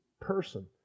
person